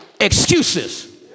excuses